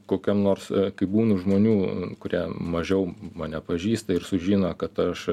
kokiam nors kai būnu žmonių kurie mažiau mane pažįsta ir sužino kad aš